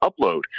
upload